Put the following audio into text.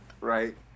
right